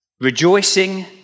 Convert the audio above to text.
rejoicing